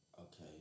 Okay